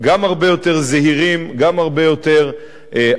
גם הרבה יותר זהירים, גם הרבה יותר אחראיים.